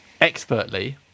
expertly